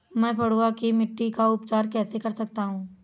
मैं पडुआ की मिट्टी का उपचार कैसे कर सकता हूँ?